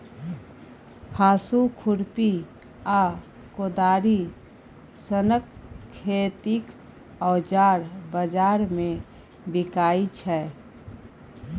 हाँसु, खुरपी आ कोदारि सनक खेतीक औजार बजार मे बिकाइ छै